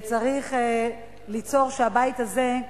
צריך ליצור שהבית הזה,